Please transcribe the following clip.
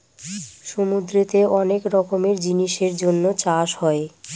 সমুদ্রতে অনেক রকমের জিনিসের জন্য চাষ হয়